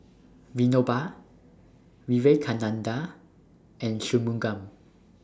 Vinoba Vivekananda and Shunmugam